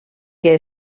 que